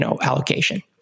allocation